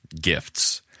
gifts